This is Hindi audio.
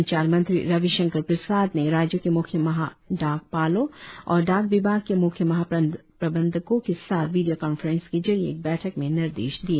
संचार मंत्री रविशंकर प्रसाद ने राज्यों के मुख्य महा डाकपालों और डाक विभाग के म्ख्य महाप्रबंधकों के साथ वीडियो कांफ्रेंस के जरिए एक बैठक में ये निर्देश दिए